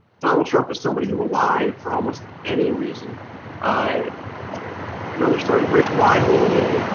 donald trump is somebody who will lie for almost any reason i another story rick reilly a